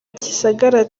gisagara